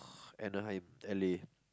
Anaheim L_A